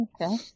Okay